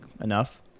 enough